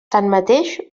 tanmateix